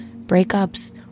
breakups